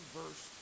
verse